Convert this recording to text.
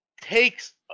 takes